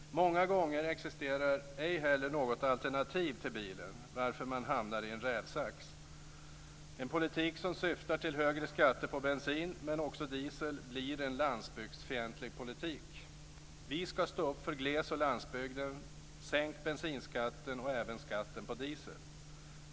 Många gånger existerar inte heller något alternativ till bilen, varför man hamnar i en rävsax. En politik som syftar till högre skatter på bensin och också diesel blir en landsbygdsfientlig politik. Vi ska stå upp för gles och landsbygden - sänk bensinskatten och även skatten på diesel.